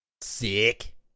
Sick